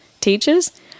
teachers